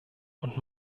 und